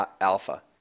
Alpha